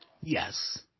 Yes